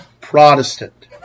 Protestant